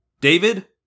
David